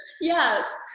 Yes